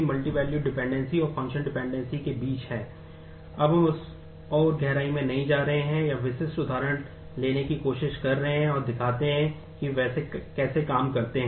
हम उस और गहराई में नहीं जा रहे हैं या विशिष्ट उदाहरण लेने की कोशिश कर रहे हैं और दिखाते हैं कि वे कैसे काम करते हैं